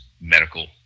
medical